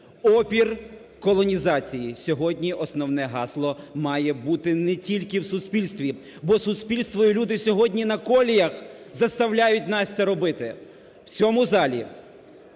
Опір колонізації – сьогодні основне гасло має бути не тільки у суспільстві, бо суспільство і люди сьогодні на коліях заставляють нас це робити. У цьому залі